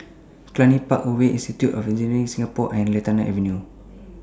Cluny Park Way Institute of Engineers Singapore and Lantana Avenue